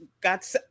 got